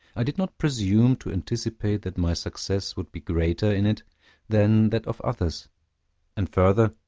i did not presume to anticipate that my success would be greater in it than that of others and further,